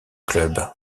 club